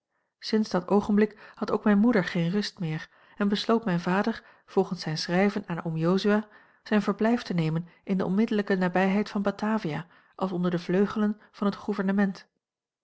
sinds dat oogenblik had ook mijne moeder geen rust meer en besloot mijn vader volgens zijn schrijven aan oom jozua zijn verblijf te nemen in de onmiddellijke nabijheid van batavia als onder de vleugelen van het